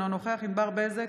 אינו נוכח ענבר בזק,